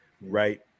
Right